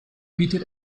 bietet